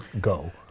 go